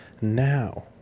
now